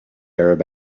arab